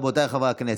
רבותיי חברי הכנסת,